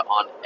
on